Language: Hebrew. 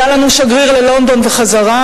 היה לנו שגריר ללונדון וחזרה,